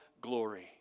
glory